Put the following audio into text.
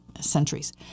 centuries